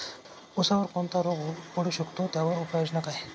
ऊसावर कोणता रोग पडू शकतो, त्यावर उपाययोजना काय?